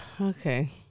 Okay